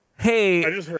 hey